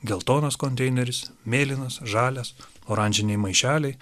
geltonas konteineris mėlynas žalias oranžiniai maišeliai